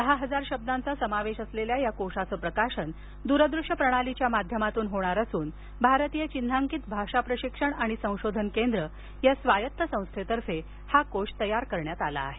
दहा हजार शब्दांचा समावेश असलेल्या या कोशाचं प्रकाशन द्रदूश्य प्रणालीच्या माध्यमातून होणार असून भारतीय चिन्हांकित भाषा प्रशिक्षण आणि संशोधन केंद्र या स्वायत्त संस्थेतर्फे तो तैय्यार करण्यात आला आहे